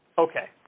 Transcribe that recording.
Okay